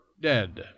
dead